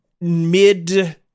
mid